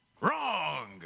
Wrong